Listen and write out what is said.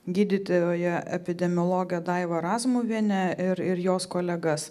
gydytoją epidemiologę daivą razmuvienę ir ir jos kolegas